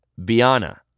Biana